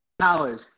college